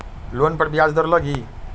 Loan पर ब्याज दर लगी?